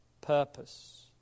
purpose